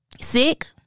sick